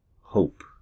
hope